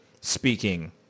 speaking